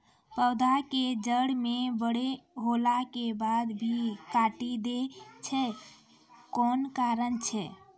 पौधा के जड़ म बड़ो होला के बाद भी काटी दै छै कोन कारण छै?